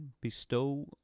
bestow